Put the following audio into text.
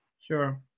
Sure